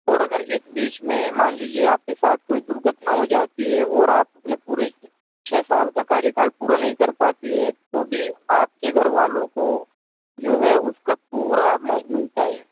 اور اگر اس بیچ میں مان لیجیے آپ کے ساتھ کوئی درگھٹنا ہو جاتی ہے اور آپ اپنے پورے چھ سال کا کاریہ کال پورا نہیں کر پاتی ہیں تو بھی آپ کے گھر والوں کو جو ہے اس کا پورا اماؤنٹ ملتا ہے